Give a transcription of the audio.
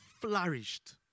flourished